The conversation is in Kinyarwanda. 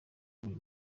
lauren